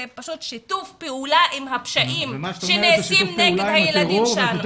זה פשוט שיתוף פעולה עם הפשעים שנעשים נגד הילדים שלנו,